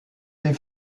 des